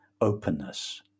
openness